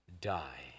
die